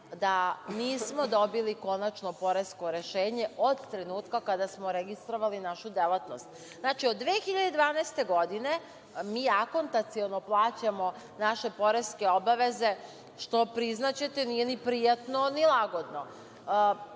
da nismo dobili konačno poresko rešenje od trenutka kada smo registrovali našu delatnost. Znači, od 2012. godine mi akontaciono plaćamo naše poreske obaveze što priznaćete nije ni prijatno ni lagodno.